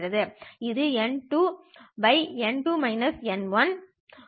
இது N2 ஆக வழங்கப்படுகிறது